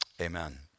amen